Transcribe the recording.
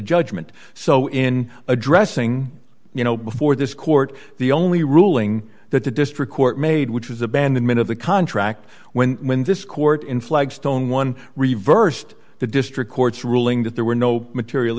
judgment so in addressing you know before this court the only ruling that the district court made which is abandonment of the contract when when this court in flagstone one reversed the district court's ruling that there were no material